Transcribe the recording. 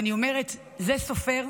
אני אומרת, זה סופר?